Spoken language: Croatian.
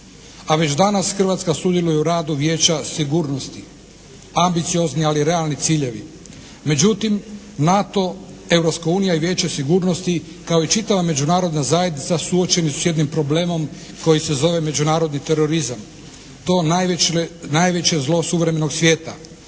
a već danas Hrvatska sudjeluje u radu Vijeća sigurnosti. Ambiciozni ali realni ciljevi. Međutim, NATO, Europska unija i Vijeće sigurnosti kao i čitava međunarodna zajednica suočeni su s jednim problemom koji se zove međunarodni terorizam. To najveće zlo suvremenog svijeta.